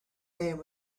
name